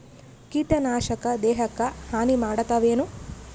ಕೀಟನಾಶಕ ದೇಹಕ್ಕ ಹಾನಿ ಮಾಡತವೇನು?